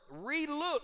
re-look